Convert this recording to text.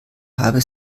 habe